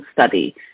study